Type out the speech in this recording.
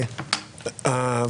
רבותיי,